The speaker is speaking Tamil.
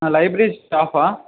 ஆ லைப்ரரி ஸ்டாஃபா